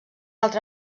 altra